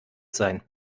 sein